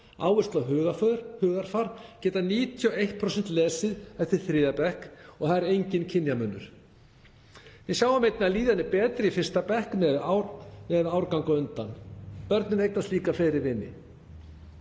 áherslu á hugarfar, geta 91% lesið eftir þriðja bekk og það er enginn kynjamunur. Við sjáum einnig að líðan er betri í fyrsta bekk miðað við árgangana á undan. Börnin eignast líka fleiri vini.